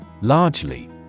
Largely